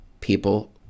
people